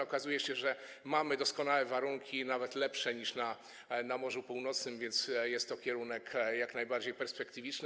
Okazuje się, że mamy doskonałe warunki, nawet lepsze niż na Morzu Północnym, więc jest to kierunek jak najbardziej perspektywiczny.